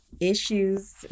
issues